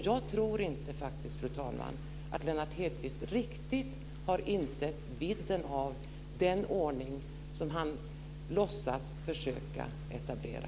Jag tror faktiskt inte, fru talman, att Lennart Hedquist riktigt har insett vidden av den ordning som han låtsas försöka etablera.